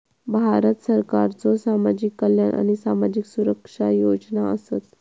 भारत सरकारच्यो सामाजिक कल्याण आणि सामाजिक सुरक्षा योजना आसत